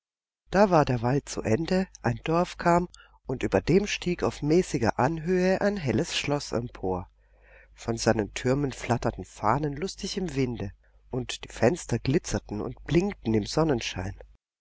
da war der wald zu ende ein dorf kam und über dem stieg auf mäßiger anhöhe ein helles schloß empor von seinen türmen flatterten fahnen lustig im winde und die fenster glitzerten und blinkten im sonnenschein